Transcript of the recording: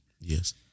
Yes